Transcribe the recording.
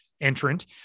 Entrant